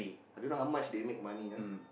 I don't know how much they make money ah